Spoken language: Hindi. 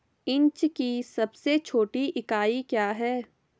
इंच की सबसे छोटी इकाई क्या है?